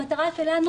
המטרה שלנו,